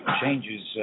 changes